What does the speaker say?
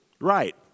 right